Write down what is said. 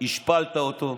השפלת אותו,